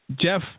Jeff